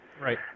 Right